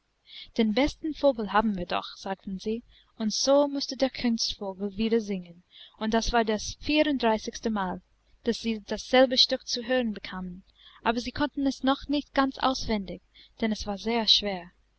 den besten vogel haben wir doch sagten sie und so mußte der kunstvogel wieder singen und das war das vierunddreißigste mal daß sie dasselbe stück zu hören bekamen aber sie konnten es noch nicht ganz auswendig denn es war sehr schwer